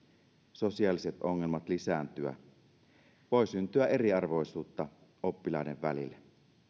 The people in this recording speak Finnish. sosiaaliset ongelmat lisääntyä voi syntyä eriarvoisuutta oppilaiden välille